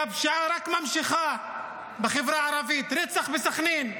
והפשיעה רק ממשיכה בחברה הערבית: רצח בסח'נין,